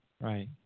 right